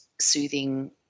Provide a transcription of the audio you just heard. soothing